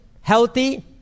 healthy